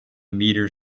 meter